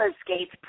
skates